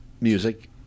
music